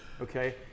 Okay